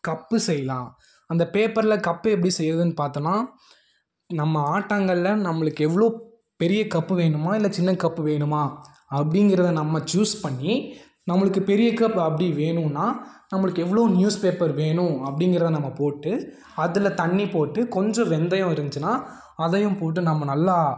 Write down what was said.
cup செய்யலாம் அந்த பேப்பரில் கப்பு எப்படி செய்கிறதுனு பார்த்தோன்னா நம்ம ஆட்டங்கல்லில் நம்மளுக்கு எவ்வளோ பெரிய கப்பு வேணுமா இல்லை சின்ன கப்பு வேணுமா அப்படிங்கிறத நம்ம சூஸ் பண்ணி நம்மளுக்கு பெரிய கப் அப்படி வேணுனால் நம்மளுக்கு எவ்வளோ நியூஸ் பேப்பர் வேணும் அப்படிங்கிறத நம்ம போட்டு அதில் தண்ணி போட்டு கொஞ்சம் வெந்தயம் இருந்துச்சுனால் அதையும்கூட நம்ம நல்லா